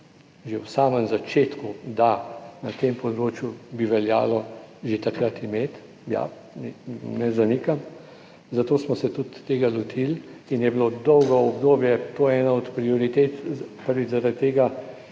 že v samem začetku, da, na tem področju bi veljalo že takrat imeti, ja, ne zanikam, zato smo se tudi tega lotili in je bilo dolgo obdobje. To je ena od prioritet. Prvič zaradi tega,